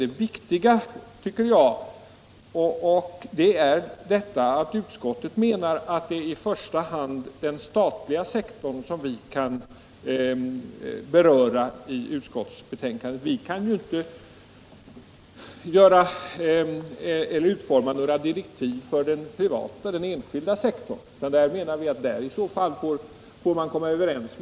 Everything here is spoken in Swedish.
Det viktiga är, enligt min mening, att utskottet anser att det i första hand är den statliga sektorn som kan tas upp till behandling. Vi kan ju inte utforma några direktiv för den enskilda sektorn, utan där får de olika parterna försöka komma överens.